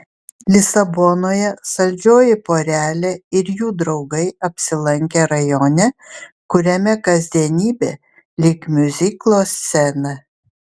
lisabonoje saldžioji porelė ir jų draugai apsilankė rajone kuriame kasdienybė lyg miuziklo scena